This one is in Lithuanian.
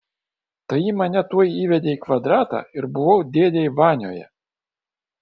tai ji mane tuoj įvedė į kvadratą ir buvau dėdėj vanioje